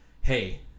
hey